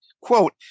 quote